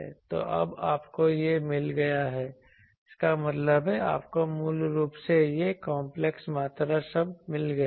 तो अब आपको यह मिल गया है इसका मतलब है आपको मूल रूप से यह कांपलेक्स मात्रा शब्द मिल गया है